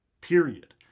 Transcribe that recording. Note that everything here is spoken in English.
period